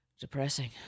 depressing